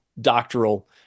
doctoral